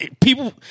people